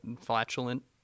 flatulent